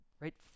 Right